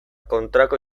kontrako